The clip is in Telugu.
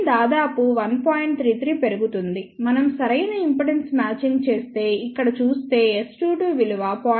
33 పెరుగుతుంది మనం సరైన ఇంపిడెన్స్ మ్యాచింగ్ చేస్తే ఇక్కడ చుస్తే S22 విలువ 0